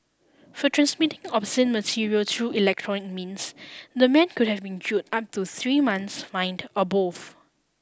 for transmitting obscene material through electronic means the man could have been jailed up to three months fined or both